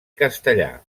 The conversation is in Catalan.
castellà